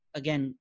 again